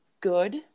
good